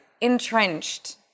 entrenched